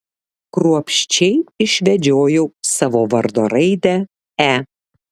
kruopščiai išvedžiojau savo vardo raidę e